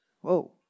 Whoa